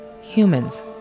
Humans